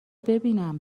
ببینم